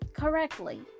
correctly